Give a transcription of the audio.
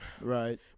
Right